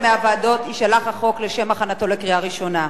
ועדת חוקה.